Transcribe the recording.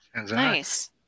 Nice